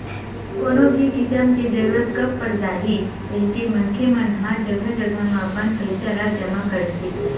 कोनो भी किसम के जरूरत कब पर जाही कहिके मनखे मन ह जघा जघा म अपन पइसा ल जमा करथे